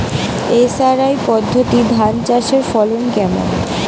SRI পদ্ধতি ধান চাষের ফলন কেমন?